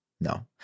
No